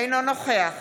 אינו נוכח